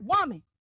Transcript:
woman